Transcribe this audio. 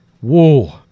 Whoa